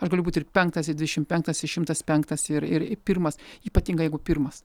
aš galiu būti ir penktas ir dvidešimt penkas ir šimtas penktas ir ir pirmas ypatingai jeigu pirmas